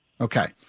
okay